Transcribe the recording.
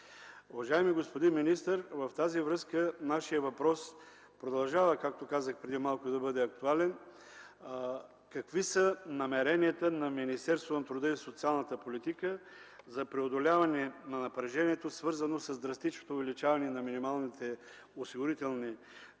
Уважаеми господин министър, в тази връзка нашият въпрос продължава, както казах преди малко, да бъде актуален: какви са намеренията на Министерството на труда и социалната политика за преодоляване на напрежението, свързано с драстичното увеличаване на минималните осигурителни прагове